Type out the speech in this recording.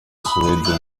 suwede